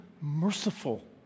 merciful